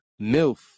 MILF